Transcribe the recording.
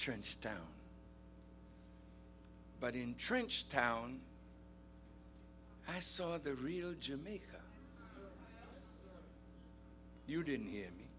change town but entrenched town i saw the real jimmy you didn't hear me